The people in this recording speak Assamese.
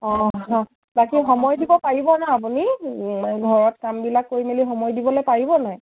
অঁ বাকী সময় দিব পাৰিব ন আপুনি ঘৰত কামবিলাক কৰি মেলি সময় দিবলৈ পাৰিব নাই